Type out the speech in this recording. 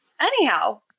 Anyhow